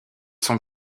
sont